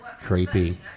Creepy